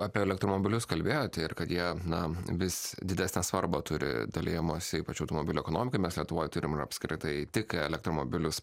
apie elektromobilius kalbėjote ir kad jie na vis didesnę svarbą turi dalijimosi ypač automobilių ekonomikoj mes lietuvoj turim ir apskritai tik elektromobilius